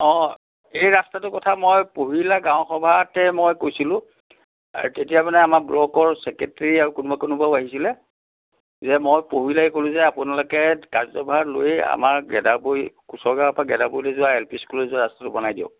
অঁ এই ৰাস্তাটোৰ কথা মই পহিলা গাঁও সভাতে মই কৈছিলোঁ আৰু তেতিয়া মানে আমাৰ ব্লকৰ চেক্ৰেটাৰী আৰু কোনোবা কোনোবাও আহিছিলে যে মই পহিলাই ক'লো যে আপোনালোকে কাৰ্যভাৰ লৈয়ে আমাৰ গেদাৰৱৰী কোঁচৰ গাঁৱৰ পৰা গেদাৰৱৰী এল পি স্কুললৈ যোৱা ৰাস্তাতো বনাই দিয়ক